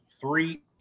three